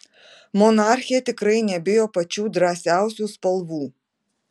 monarchė tikrai nebijo pačių drąsiausių spalvų